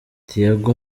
thiago